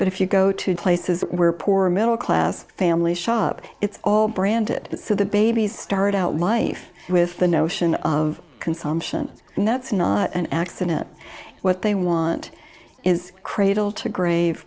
but if you go to places where poor middle class families shop it's all branded so the babies start out life with the notion of consumption and that's not an accident what they want is cradle to grave